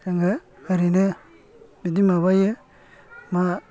जोङो एरैनो बिदि माबायो मा